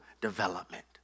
development